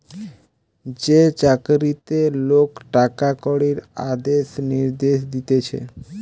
যে চাকরিতে লোক টাকা কড়ির আদেশ নির্দেশ দিতেছে